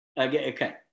Okay